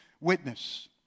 witness